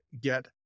get